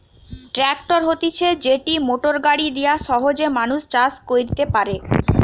tractor হতিছে যেটি motor গাড়ি দিয়া সহজে মানুষ চাষ কইরতে পারে